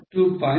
5